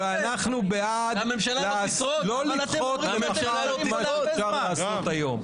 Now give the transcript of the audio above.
ואנחנו בעד לא לדחות למחר את מה שאפשר לעשות היום.